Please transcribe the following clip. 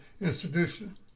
institution